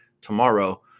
tomorrow